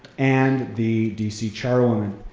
and the d c. charwoman.